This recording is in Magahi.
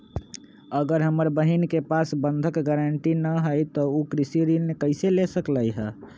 अगर हमर बहिन के पास बंधक गरान्टी न हई त उ कृषि ऋण कईसे ले सकलई ह?